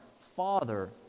Father